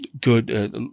good